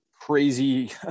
crazy